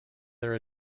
their